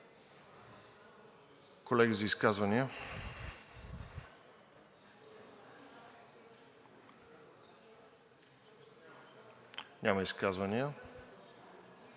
Колеги, изказвания? Няма изказвания.